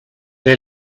est